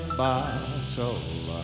bottle